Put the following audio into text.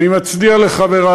אני מצדיע לחברי